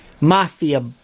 mafia